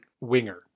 winger